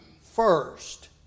first